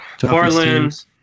Portland